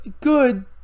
good